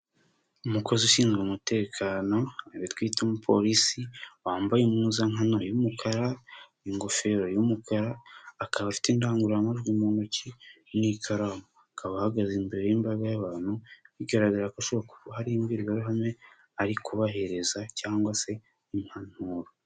Umukozi ushinzwe umutekano, uwo twite umupolisi, wambaye impuzankano y'umukara, ingofero y'umukara, akaba afite indangurujwi mu ntoki n'ikaramu, akaba ahagaze imbere y'imbaga y'abantu, bigaragaza ko hari imbwirwaruhame, ari kubahereza cyangwa se impanuro.